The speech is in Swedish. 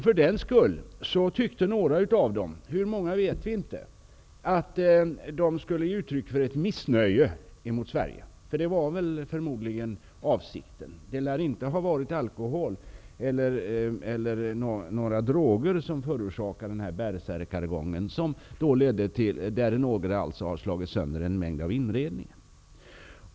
För den sakens skull tyckte några av Kosovoalbanerna -- hur många vet vi inte -- att de skulle ge uttryck för sitt missnöje med Sverige, vilket förmodligen var avsikten. Det lär inte ha varit alkohol eller några andra droger som utlöste den här bärsärkagången, där man slog sönder en del av inredningen.